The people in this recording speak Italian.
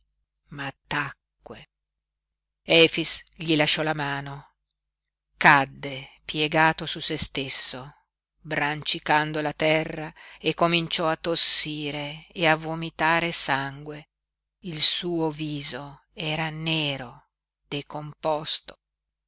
ma tacque efix gli lasciò la mano cadde piegato su se stesso brancicando la terra e cominciò a tossire e a vomitare sangue il suo viso era nero decomposto